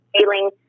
feeling